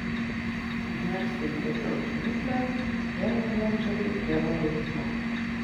narsiai griebiau žnyples ir ėmiau mėgdžioti tėvo veiksmus